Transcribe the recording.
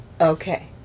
Okay